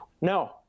No